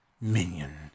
Minion